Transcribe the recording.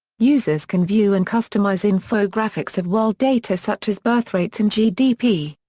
users can view and customize infographics of world data such as birth rates and gdp.